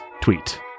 tweet